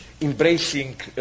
embracing